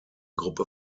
gruppe